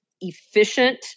efficient